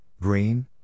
green